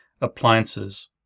appliances